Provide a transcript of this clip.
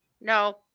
no